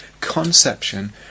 conception